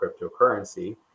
cryptocurrency